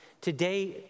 Today